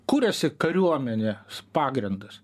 kuriasi kariuomenės pagrindas